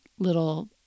little